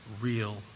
real